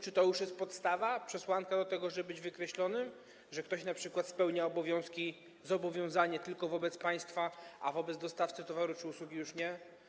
Czy to już jest podstawa, przesłanka tego, żeby być wykreślonym, że ktoś np. spełnia zobowiązanie tylko wobec państwa, a wobec dostawcy towaru czy usługi już nie?